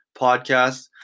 podcast